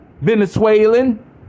Venezuelan